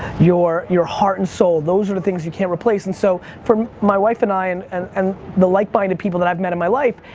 your your heart and soul, those are the things you can't replace, and so for my wife and i and and the likeminded people that i've met in my life,